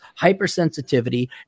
hypersensitivity